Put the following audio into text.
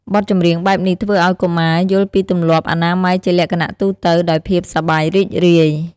បទចម្រៀងបែបនេះធ្វើឲ្យកុមារយល់ពីទម្លាប់អនាម័យជាលក្ខណៈទូទៅដោយភាពសប្បាយរីករាយ។